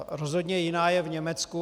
Rozhodně jiná je v Německu.